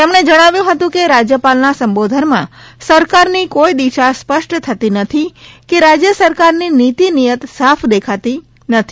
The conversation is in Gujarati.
તેમને જણાવ્યું હતું કે રાજ્યપાલના સંબોધનમાં સરકારની કોઈ દિશા સ્પષ્ટ થતી નથી કે રાજ્ય સરકારની નીતિ નિયત સાફ દેખાતી નથી